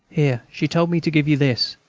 here, she told me to give you this,